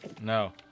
No